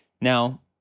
Now